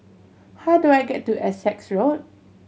how do I get to Essex Road